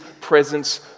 presence